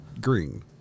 green